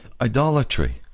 Idolatry